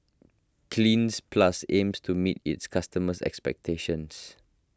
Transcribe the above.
Cleanz Plus aims to meet its customers' expectations